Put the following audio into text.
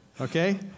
Okay